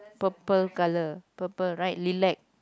purple colour purple right lilac